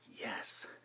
Yes